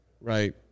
right